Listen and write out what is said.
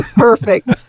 Perfect